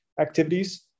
activities